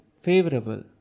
favorable